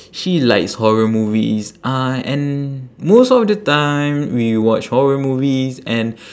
she likes horror movies uh and most of the time we watch horror movies and